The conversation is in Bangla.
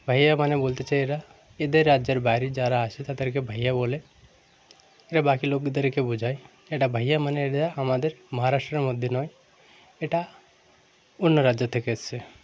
ভাইয়া মানে বলতে চাই এরা এদের রাজ্যের বাইরে যারা আছে তাদেরকে ভাইয়া বলে এরা বাকি লোকদেরকে বোঝায় এটা ভাইয়া মানে এরা আমাদের মহারাষ্ট্রের মধ্যে নয় এটা অন্য রাজ্য থেকে এসেছে